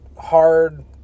hard